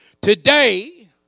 Today